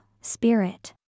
spirit